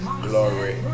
Glory